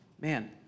man